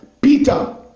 Peter